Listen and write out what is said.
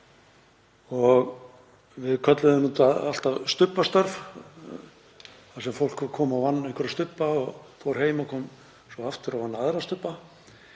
Við kölluðum þetta alltaf stubbastörf þar sem fólk kom og vann einhverja stubba, fór heim og kom svo aftur og vann aðra stubba.